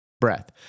breath